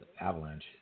avalanche